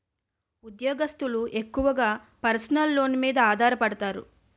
ఉద్యోగస్తులు ఎక్కువగా personal loans మీద ఆధారపడతారు